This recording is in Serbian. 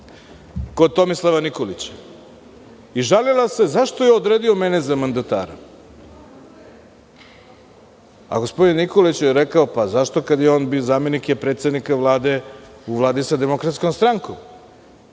kod Tomislava Nikolića. Žalila se zašto je odredio mene za mandatara. Gospodin Nikolić je rekao – zašto kad je on bio zamenik predsednika Vlade u Vladi sa DS. Da, ali